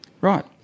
Right